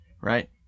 right